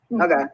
Okay